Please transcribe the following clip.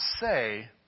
say